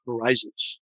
horizons